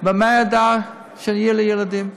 "במה אדע שיהיו לי ילדים?"